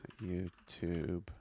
youtube